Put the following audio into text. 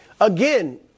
again